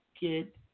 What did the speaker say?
get